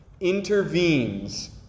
intervenes